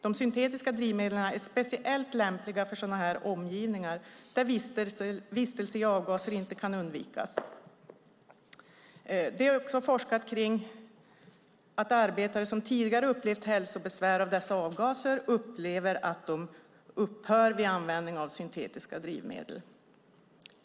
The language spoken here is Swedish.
De syntetiska drivmedlen är speciellt lämpliga för sådana här omgivningar där vistelse i avgaser inte kan undvikas. Det har också forskats om att arbetare som tidigare har upplevt hälsobesvär av dessa avgaser upplever att besvären upphör vid användning av syntetiska drivmedel.